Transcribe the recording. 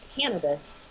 cannabis